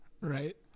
right